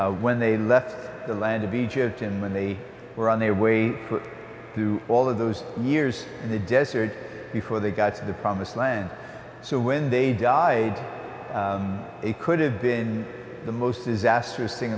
when they left the land of egypt and they were on their way through all of those years in the desert before they got to the promised land so when they died they could have been the most disastrous thing